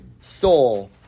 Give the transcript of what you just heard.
soul